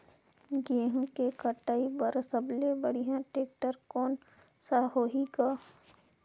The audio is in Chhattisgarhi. गहूं के कटाई पर सबले बढ़िया टेक्टर कोन सा होही ग?